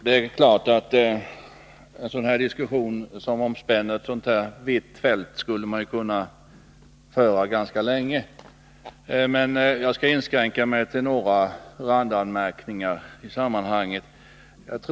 Herr talman! En diskussion som omspänner ett så här vitt fält skulle man naturligtvis kunna föra ganska länge, men jag skall inskränka mig till några randanmärkningar i sammanhanget.